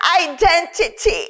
identity